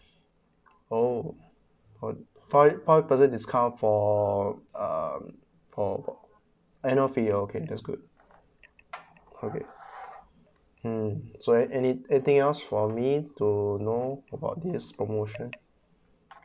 orh how how does it discount for um for annual fee okay that's good okay um so any anything else for me to know about this promotion